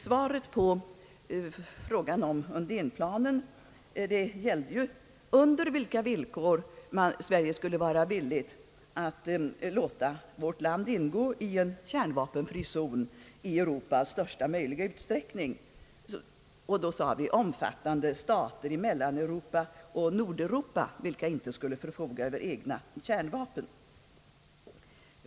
Svaret på rundfrågan gällde ju under vilka villkor Sverige skulle vara villigt att låta vårt land ingå i en kärnvapenfri zon i Europa, omfattande så många stater som möjligt i Mellanoch Nordeuropa vilka inte skulle förfoga över egna kärnvapen.